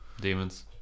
demons